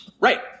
Right